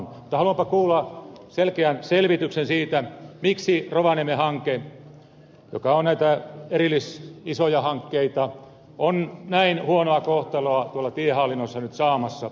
mutta haluanpa kuulla selkeän selvityksen siitä miksi rovaniemen hanke joka on näitä isoja erillishankkeita on näin huonoa kohtelua tiehallinnossa nyt saamassa